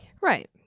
Right